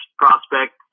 prospect